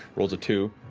rolls a two,